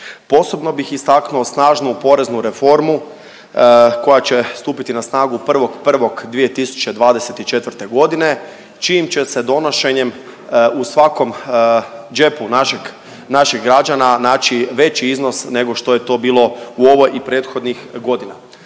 Posebno bih istaknuo snažnu poreznu reformu koja će stupiti na snagu 1.1.2024. godine čijim će se donošenjem u svakom džepu naših građana naći veći iznos nego što je to bilo u ovoj i prethodnih godina.